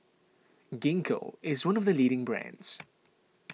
Gingko is one of the leading brands